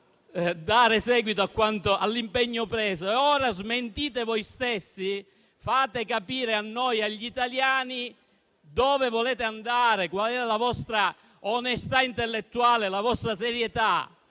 dare seguito all'impegno preso e ora smentite voi stessi. Fate capire a noi e agli italiani dove volete andare, qual è la vostra onestà intellettuale, la vostra serietà.